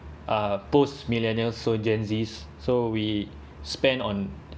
uh post-millennials so Gen Zs so we spend on